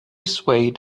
swayed